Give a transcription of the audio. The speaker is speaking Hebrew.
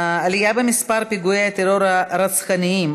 העלייה במספר פיגועי הטרור הרצחניים,